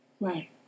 Right